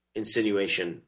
insinuation